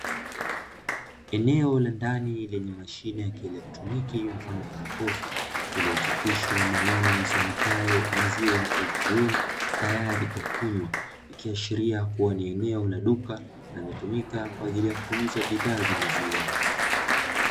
Eneo la ndani lenye mashine ya kielektroniki mfano wa jokofu iliyochapishwa maneno yasomekayo "maziwa ATM " tayari kwa kunywa ikiashiria kuwa ni eneo la duka linalotumika kwa ajili ya kuuza bidhaa za maziwa.